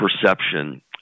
perception